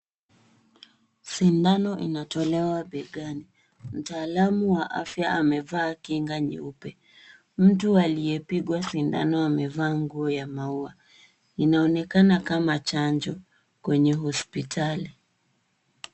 Sindano inatolewa begani. Mtaalamu wa afya amevaa kinga nyeupe. Mtu aliyepigwa sindano amevaa nguo ya maua. Inaonekana kama chanjo kwenye hospitali.